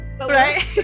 Right